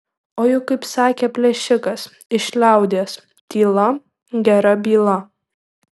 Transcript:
o juk kaip sakė plėšikas iš liaudies tyla gera byla